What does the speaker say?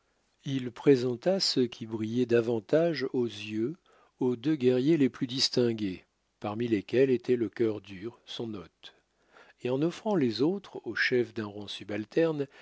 il présenta ceux qui brillaient davantage aux yeux aux deux guerriers les plus distingués parmi lesquels était le cœur dur son hôte et en offrant les autres aux chefs d'un rang subalterne